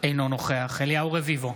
אינו נוכח אליהו רביבו,